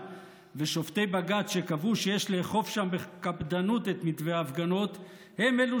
ושופטי בג"ץ שקבעו שיש לאכוף שם בקפדנות את מתווה ההפגנות הם אלה